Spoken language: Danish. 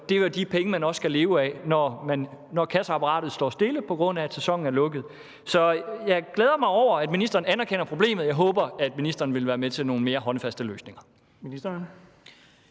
det er de penge, man også skal leve af, når kasseapparatet står stille, på grund af at sæsonen er slut. Så jeg glæder mig over, at ministeren anerkender problemet. Jeg håber, at ministeren vil være med til nogle mere håndfaste løsninger.